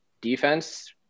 defense